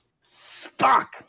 Fuck